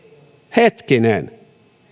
hetkinen